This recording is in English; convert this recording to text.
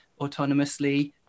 autonomously